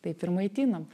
taip ir maitinam